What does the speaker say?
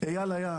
איל בן